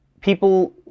people